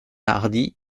hardy